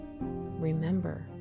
remember